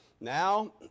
now